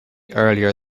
earlier